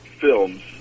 films